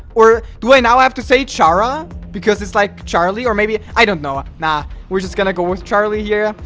or do i now i have to say chara because it's like charlie or maybe i don't know nah we're just gonna go with charlie here.